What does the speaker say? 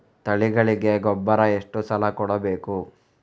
ತಳಿಗಳಿಗೆ ಗೊಬ್ಬರ ಎಷ್ಟು ಸಲ ಕೊಡಬೇಕು?